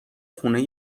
خونه